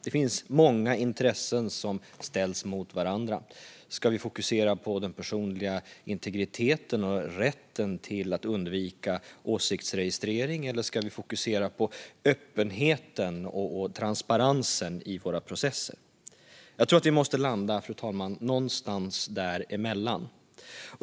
Det finns många intressen som ställs mot varandra: Ska vi fokusera på den personliga integriteten och rätten att undvika åsiktsregistrering, eller ska vi fokusera på öppenheten och transparensen i våra processer? Jag tror, fru talman, att vi måste landa någonstans däremellan.